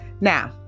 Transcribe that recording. Now